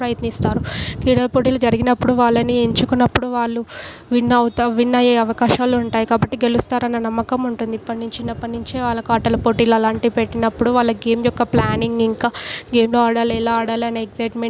ప్రయత్నిస్తారు క్రీడల పోటీలు జరిగినపుడు వాళ్ళని ఎంచుకునపుడు వాళ్ళు విన్ అవతా విన్ అయ్యే అవకాశాలు ఉంటాయి కాబట్టి గెలుస్తారన్న నమ్మకం ఉంటుంది ఇప్పడినుంచే చిన్నపటినుంచి వాళ్ళకు ఆటలపోటీలు అలాంటివి పెట్టినపుడు వాళ్ళకు గేమ్ యొక్క ప్లానింగ్ ఇంకా గేమ్లో ఆడాలి ఎలా ఆడాలి అని ఎగ్జయిట్మెంట్ ఇంకా